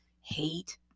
Hate